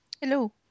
Hello